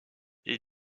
est